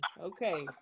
Okay